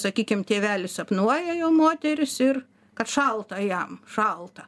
sakykim tėvelį sapnuoja jo moterys ir kad šalta jam šalta